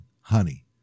honey